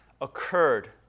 occurred